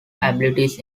abilities